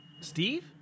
Steve